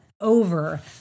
over